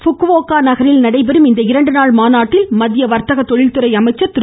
Fukuoka நகரில் நடைபெறும் இந்த இரண்டு நாள் மாநாட்டில் மத்திய வர்த்தக தொழில் துறை அமைச்சர் திரு